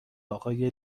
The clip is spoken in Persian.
آقای